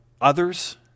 others